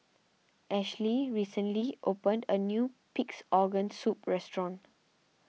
Ashlie recently opened a new Pig's Organ Soup restaurant